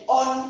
on